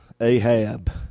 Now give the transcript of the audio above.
Ahab